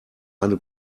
eine